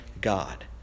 God